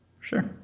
Sure